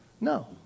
No